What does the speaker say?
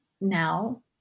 now